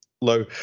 low